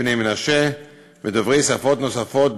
שפת בני מנשה ושפות נוספות,